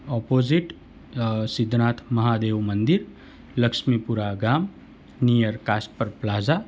opposite Siddhnath Mahadev Mandir Laxmipura ગામ near Casper plaza